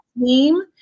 team